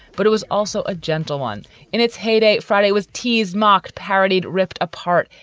but it was also a gentle one in its heyday. friday was teased, mocked, parodied, ripped apart.